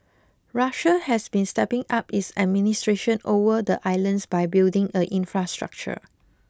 Russia has been stepping up its administration over the islands by building a infrastructure